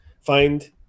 find